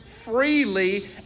freely